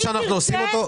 אגב, למה צריך אומץ ציבורי?